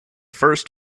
first